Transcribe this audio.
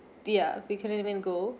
their we couldn't even go